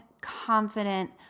confident